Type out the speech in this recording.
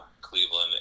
Cleveland